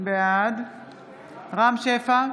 בעד רם שפע,